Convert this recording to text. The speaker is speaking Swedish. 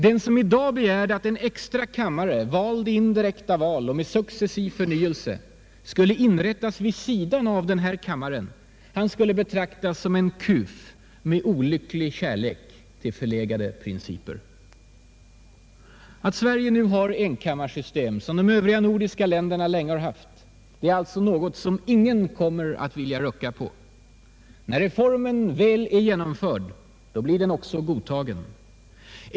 Den som i dag begärde att en extra kammare, vald i indirekta val och med successiv förnyelse, skulle inrättas vid sidan av den här kammaren skulle betraktas som en kuf med olycklig kärlek till förlegade principer. Att Sverige nu har enkammarsystem, som de övriga nordiska länderna länge haft, är alltså något som ingen kommer att vilja rucka på. När reformen väl är genomförd blir den också godtagen.